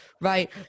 right